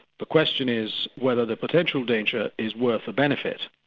the question is whether the potential danger is worth the benefit.